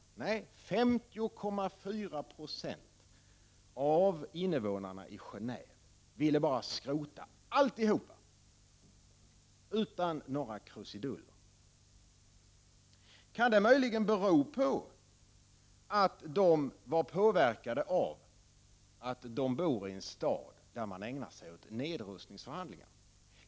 Nej, 50,4 20 av invånarna i Gengve ville skrota VA alltihop utan några krusiduller! Kan detta möjligen bero på att de var påverkade av att bo i en stad där man ägnar sig åt nedrustningsförhandlingar?